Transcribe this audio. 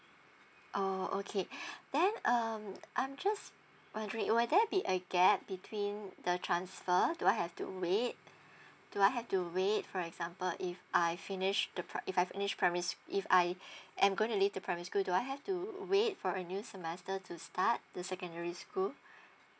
orh okay then um I'm just wondering will there be a gap between the transfer do I have to wait do I have to wait for example if I finished the pri~ if I finished primary sc~ if I am going to leave the primary school do I have to wait for a new semester to start in the secondary school